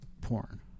porn